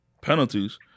penalties